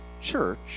church